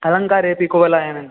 अलङ्कारेऽपि कुवलायनन्